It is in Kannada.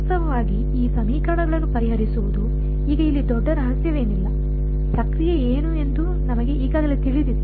ವಾಸ್ತವವಾಗಿ ಈ ಸಮೀಕರಣಗಳನ್ನು ಪರಿಹರಿಸುವುದು ಈಗ ಇಲ್ಲಿ ದೊಡ್ಡ ರಹಸ್ಯ ವೇನಿಲ್ಲ ಪ್ರಕ್ರಿಯೆ ಏನು ಎಂದು ನಮಗೆ ಈಗಾಗಲೇ ತಿಳಿದಿದೆ